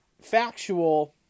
factual